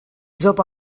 sopa